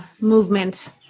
movement